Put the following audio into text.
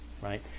right